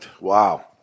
Wow